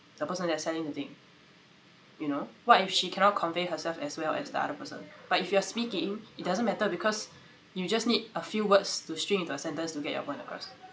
the person that's selling the thing you know what if she cannot convey herself as well as the other person but if you are speaking it doesn't matter because you just need a few words to string into a sentence to get your point across